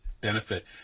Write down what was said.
benefit